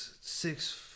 six